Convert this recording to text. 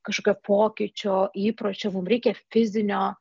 kažkokio pokyčio įpročio mum reikia fizinio